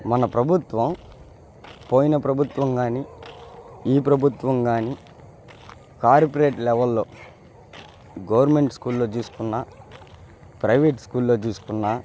మన ప్రభుత్వం పోయిన ప్రభుత్వం కానీ ఈ ప్రభుత్వం కానీ కార్పోరేట్ లెవెల్లో గవర్నమెంట్ స్కూల్లో చూసుకున్నా ప్రైవేట్ స్కూల్లో చూసుకున్నా